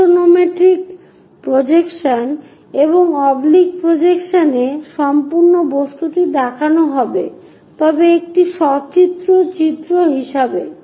axonometric projection এবং oblique projection এ সম্পূর্ণ বস্তুটি দেখানো হবে তবে একটি সচিত্র চিত্র হিসাবে